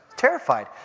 terrified